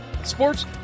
Sports